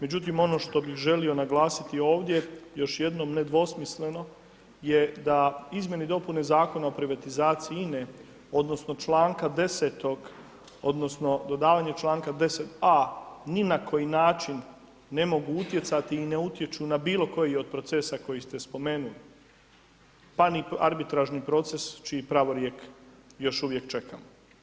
Međutim, ono što bi želio naglasiti ovdje još jednom nedvosmisleno je da izmjene i dopune Zakona o privatizaciji INA-e odnosno čl. 10. odnosno dodavanja čl. 10a. ni na koji način ne mogu utjecati i ne utječu na bilo koji od procesa koji ste spomenuli, pa ni arbitražni proces čiji pravorijek još uvijek čekamo.